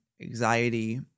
anxiety